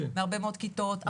מהרבה מאוד כיתות,